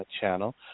channel